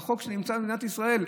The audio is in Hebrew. בחוק שנמצא במדינת ישראל,